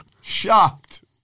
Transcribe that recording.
shocked